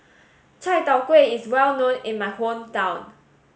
Chai Tow Kway is well known in my hometown